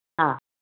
हा